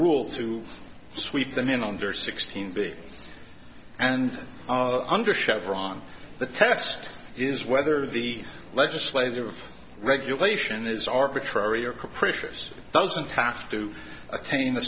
rules to sweep them in on their sixteen bit and under chevron the test is whether the legislative regulation is arbitrary or capricious doesn't have to attain